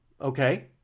okay